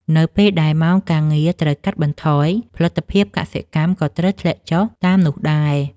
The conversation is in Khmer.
នៅពេលដែលម៉ោងការងារត្រូវកាត់បន្ថយ ផលិតភាពកសិកម្មក៏ត្រូវធ្លាក់ចុះតាមនោះដែរ។